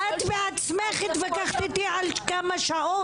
את בעצמך התווכחת איתי על כמה שעות.